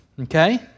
okay